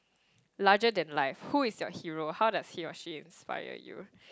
larger than life who is your hero how does he or she inspire you